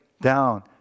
down